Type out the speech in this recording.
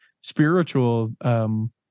spiritual